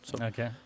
Okay